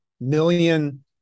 million